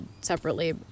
separately